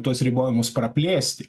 tuos ribojimus praplėsti